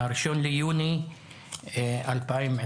היום ה-1 ביוני 2022,